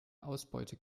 ausbeute